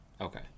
Okay